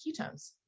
ketones